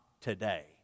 today